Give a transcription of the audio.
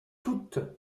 toutes